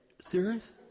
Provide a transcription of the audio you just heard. Serious